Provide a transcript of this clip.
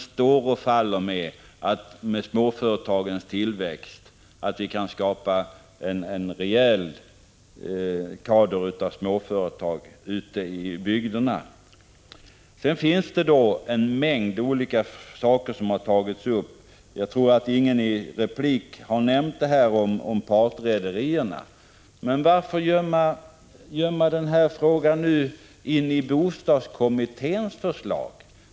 Står och faller inte vår regionalpolitik med att vi kan skapa en rejäl kader av småföretag ute i bygderna? Det har tagits upp en mängd olika saker, men jag tror att ingen i replik har nämnt partrederierna. Varför gömmer man undan den här frågan i bostadskommitténs förslag?